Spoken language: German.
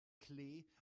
klee